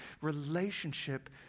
relationship